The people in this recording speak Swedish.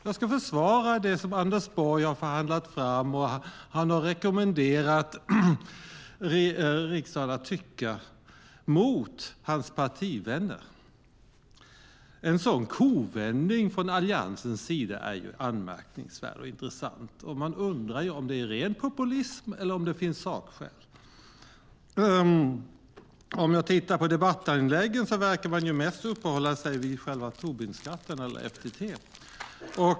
Jag ska försvara det som Anders Borg har förhandlat fram och rekommenderat riksdagen att tycka mot hans partivänner. En sådan kovändning från Alliansens sida är anmärkningsvärd och intressant. Är det ren populism, eller finns sakskäl? I debattinläggen verkar man mest uppehålla sig vid Tobinskatten - FTT.